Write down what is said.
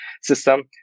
system